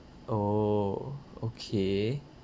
oh okay